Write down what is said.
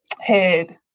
head